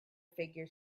figure